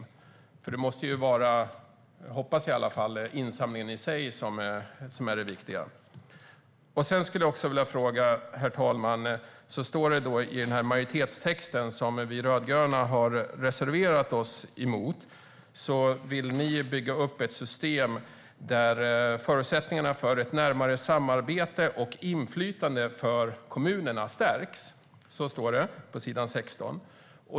Det måste ju - hoppas jag - vara insamlingen i sig som är det viktiga. Sedan har jag, herr talman, ytterligare en fråga. Det står i majoritetstexten, som vi rödgröna har reserverat oss mot, att ni vill bygga upp ett system där "förutsättningarna för ett närmare samarbete med, och inflytande för, kommunerna stärks". Så står det på s. 16.